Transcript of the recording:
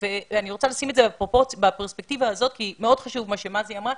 אני רוצה לשים את זה בפרספקטיבה הזאת כי מאוד חשוב מה שמזי אמרה,